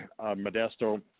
Modesto